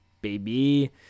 baby